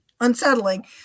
unsettling